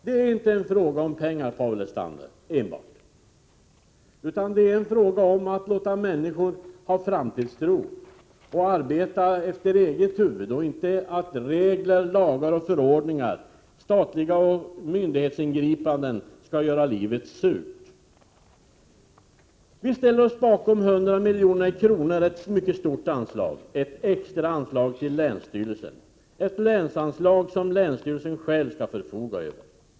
Det är inte enbart fråga om pengar, Paul Lestander, utan det är också fråga om att låta den enskilda människan ha framtidstro och arbeta efter eget huvud. Man får inte låta regler, lagar och förordningar, statliga ingripanden och andra myndighetsingripanden göra livet surt för människorna. Vi moderater ställer oss bakom ett anslag på 100 milj.kr., ett mycket stort anslag, ett extra anslag till länsstyrelsen. Det är alltså ett länsanslag som länsstyrelsen själv skall förfoga över.